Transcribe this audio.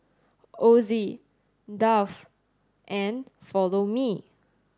Ozi Dove and Follow Me